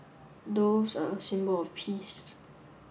doves are a symbol of peace